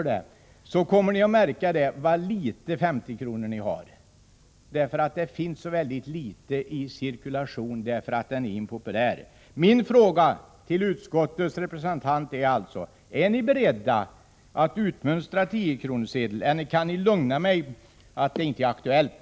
Då kommer ni att märka hur få 50-lappar ni har. Det finns så väldigt få i cirkulation, därför att 50-kronorssedeln är impopulär. Min fråga till utskottets representant är alltså: Är ni beredda att utmönstra 10-kronorssedeln, eller kan ni lugna mig med att det inte är aktuellt?